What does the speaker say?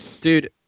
Dude